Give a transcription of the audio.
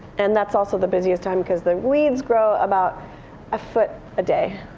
and that's also the busiest time, because the weeds grow about a foot a day.